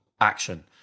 action